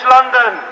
London